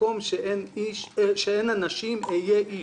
במקום שאין אנשים, השתדל להיות איש.